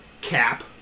Cap